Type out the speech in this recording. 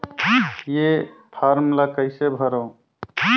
ये फारम ला कइसे भरो?